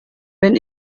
wenn